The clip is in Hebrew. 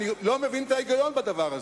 אני לא מבין את ההיגיון בדבר הזה.